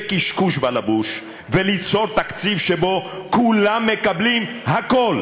וקשקוש בלבוש וליצור תקציב שבו כולם מקבלים הכול,